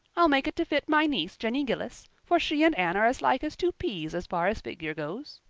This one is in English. i'll make it to fit my niece, jenny gillis, for she and anne are as like as two peas as far as figure goes.